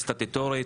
סטטוטורית,